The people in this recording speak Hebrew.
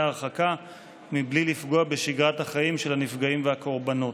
ההרחקה מבלי לפגוע בשגרת החיים של הנפגעים והקורבנות.